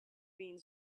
being